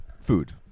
food